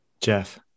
jeff